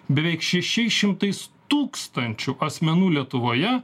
beveik šešiais šimtais tūkstančių asmenų lietuvoje